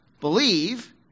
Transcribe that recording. believe